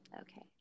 okay